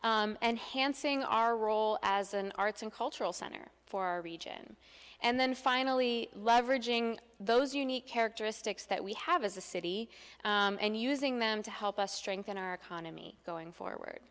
and hansing our role as an arts and cultural center for our region and then finally leveraging those unique characteristics that we have as a city and using them to help us strengthen our economy going forward